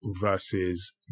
versus